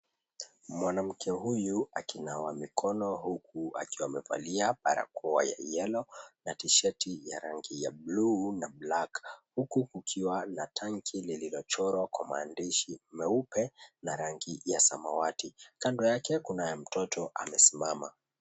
Mwanamke huyu akinawa mikono huku akiwa amevalia barakoa ya yellow na tshirt ya rangi ya buluu na black huku kukiwa na tank lililochorwa kwa maandishi meupe na samawati kando yake kuna mtoto amesimama.